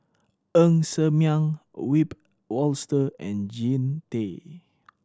Ng Ser Miang Wiebe Wolter and Jean Tay